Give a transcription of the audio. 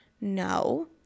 no